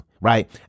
right